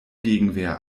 gegenwehr